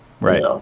right